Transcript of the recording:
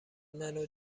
منو